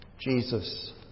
Jesus